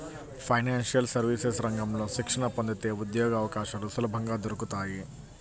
financial services రంగంలో శిక్షణ పొందితే ఉద్యోగవకాశాలు సులభంగా దొరుకుతాయి